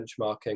benchmarking